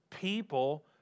People